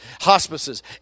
hospices